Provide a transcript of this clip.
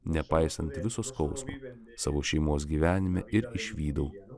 nepaisant viso skausmo savo šeimos gyvenime ir išvydau